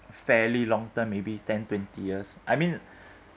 fairly long term maybe ten twenty years I mean